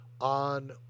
on